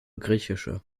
griechische